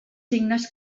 signes